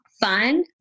fun